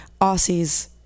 Aussies